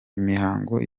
imihango